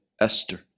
Esther